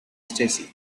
stacy